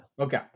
Okay